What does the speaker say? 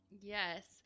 Yes